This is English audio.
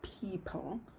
people